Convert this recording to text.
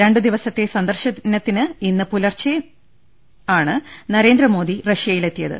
രണ്ടു ദിവസത്തെ സന്ദർശനത്തിന് ഇന്ന് പുലർച്ചെയാണ് നരേ ന്ദ്രമോദി റഷ്യയിലെത്തിയത്